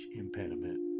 impediment